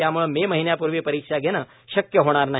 त्याम्ळे मे महिन्यापूर्वी परिक्षा घेणं शक्य होणार नाही